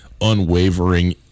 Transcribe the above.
unwavering